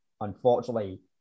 unfortunately